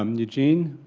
um eugene?